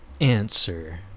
answer